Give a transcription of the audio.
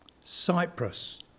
Cyprus